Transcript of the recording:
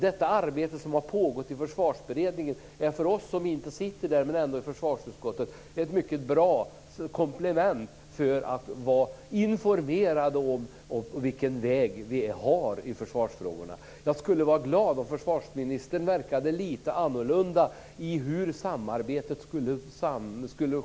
Det arbete som har pågått i Försvarsberedningen är för oss som inte sitter där, men i försvarsutskottet, ett mycket bra komplement för att bli informerade om vilken väg vi går i försvarsfrågorna. Jag skulle vara glad om försvarsministern sade något annorlunda om hur samarbetet ska ske.